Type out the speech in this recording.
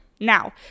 Now